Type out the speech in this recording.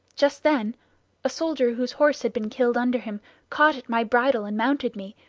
just then a soldier whose horse had been killed under him caught at my bridle and mounted me,